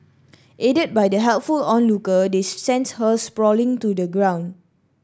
aided by the helpful onlooker they sent her sprawling to the ground